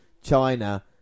China